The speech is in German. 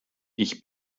ich